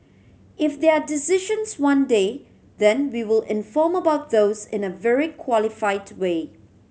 if there are decisions one day then we will inform about those in a very qualified way